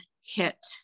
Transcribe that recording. hit